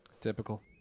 Typical